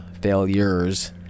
failures